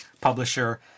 publisher